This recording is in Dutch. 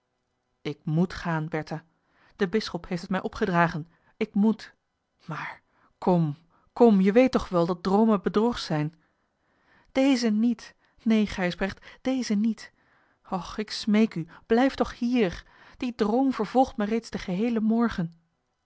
ik moet gaan bertha de bisschop heeft het mij opgedragen ik moet maar kom kom je weet toch wel dat droomen bedrog zijn deze niet neen gijsbrecht deze niet och ik smeek u blijf toch hier die droom vervolgt mij reeds den geheelen morgen